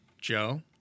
Joe